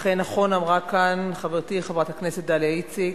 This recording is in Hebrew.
אכן, נכון אמרה כאן חברתי חברת הכנסת דליה איציק,